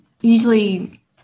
usually